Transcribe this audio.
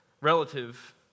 relative